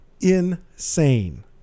Insane